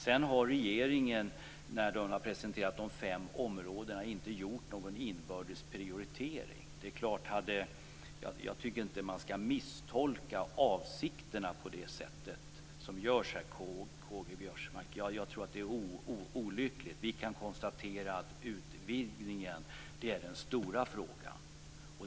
Sedan har regeringen när den har presenterat de fem områdena inte gjort någon inbördes prioritering. Jag tycker inte att man skall misstolka avsikterna på det sätt som gjorts här, K-G Biörsmark. Jag tror att det är olyckligt. Vi kan konstatera att utvidgningen är den stora frågan.